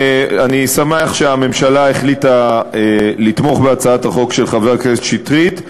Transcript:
אני שמח שהממשלה החליטה לתמוך בהצעת החוק של חבר הכנסת שטרית,